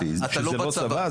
איזו אמירה אמרתי, שזה לא צבא?